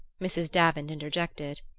mrs. davant interjected.